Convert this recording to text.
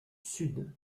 sud